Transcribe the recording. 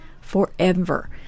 forever